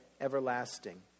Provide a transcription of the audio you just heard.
everlasting